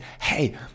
hey